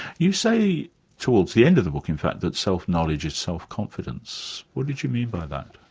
you say towards the end of the book in fact, that self-knowledge is self-confidence. what did you mean by that?